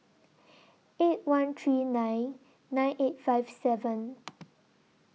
eight one three nine nine eight five seven